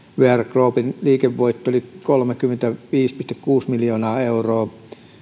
groupin liikevoitto oli kolmekymmentäviisi pilkku kuusi miljoonaa euroa ja